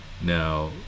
now